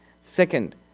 Second